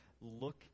look